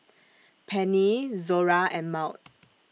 Pennie Zora and Maud